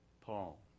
Paul